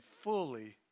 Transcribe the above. fully